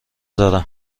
دارم